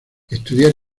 estudiar